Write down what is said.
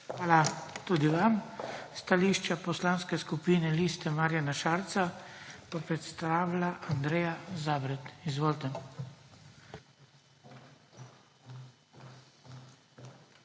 Hvala tudi vam. Stališče Poslanske skupine Liste Marjana Šarca bo predstavila Andreja Zabret. Izvolite.